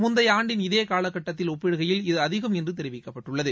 முந்தையஆண்டின் இதேகாலக்கட்டத்தில் ஒப்பிடுகையில் இது அதிகம் என்றுதெரிவிக்கப்பட்டுள்ளது